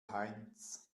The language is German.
heinz